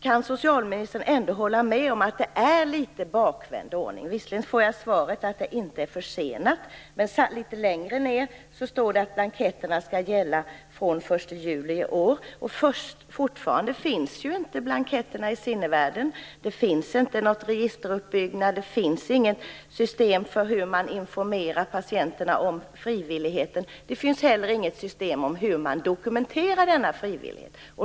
Kan socialministern ändå hålla med om att det är litet bakvänd ordning? Visserligen står det i svaret att det inte har uppstått någon försening. Men litet längre fram står det att blanketterna skall gälla från 1 juli år. Fortfarande finns inte blanketterna i sinnevärlden, det finns ingen registeruppbyggnad och det finns inget system för hur man informerar patienterna om frivilligheten. Det finns inte heller något system för hur man skall dokumentera denna frivillighet.